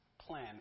plan